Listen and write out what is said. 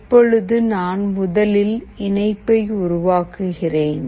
இப்பொழுது நான் முதலில் இணைப்பை உருவாக்குகிறேன்